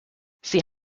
sie